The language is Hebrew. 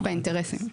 מבחינת האינטרסים.